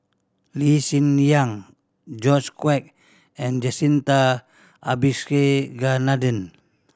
Lee Hsien Yang George Quek and Jacintha Abisheganaden